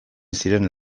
ziren